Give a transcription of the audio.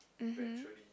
mmhmm